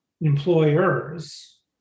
employers